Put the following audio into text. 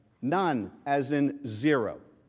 none, as in zero!